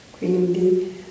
quindi